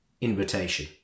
invitation